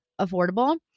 affordable